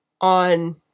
on